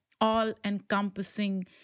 all-encompassing